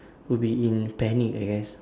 would be in panic I guess